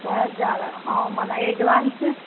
ॾह हज़ार ऐं मन एडवांस